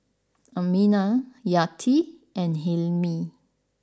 Aminah Yati and Hilmi